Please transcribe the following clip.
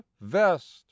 vest